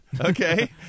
Okay